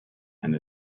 and